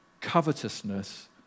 covetousness